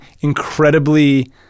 incredibly